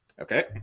Okay